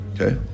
Okay